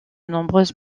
nombreuses